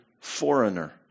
foreigner